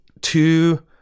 two